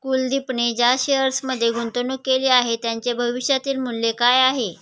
कुलदीपने ज्या शेअर्समध्ये गुंतवणूक केली आहे, त्यांचे भविष्यातील मूल्य काय आहे?